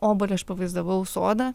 obuolį aš pavaizdavau sodą